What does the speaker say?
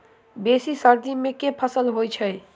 बेसी सर्दी मे केँ फसल होइ छै?